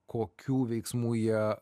kokių veiksmų jie